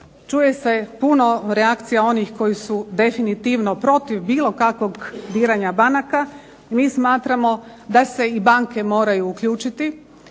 Čuje se puno reakcija onih koji su definitivno protiv bilo kakvog diranja banaka. Mi smatramo da se i banke moraju uključiti,